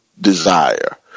desire